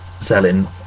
selling